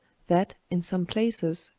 that, in some places,